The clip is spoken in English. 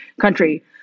country